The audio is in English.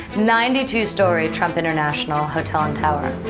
ninety two story trump international hotel and tower.